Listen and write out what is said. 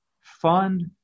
fund